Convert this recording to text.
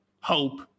hope